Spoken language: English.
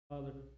Father